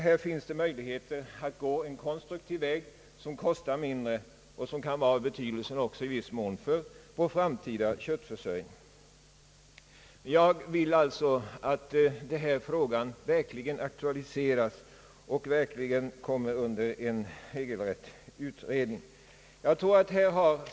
Det finns möjligheter att gå en konstruktiv väg som i viss mån också kan vara av betydelse för vår framtida köttförsörjning. Jag vill alltså att den här frågan på allvar aktualiseras och kommer under utredning.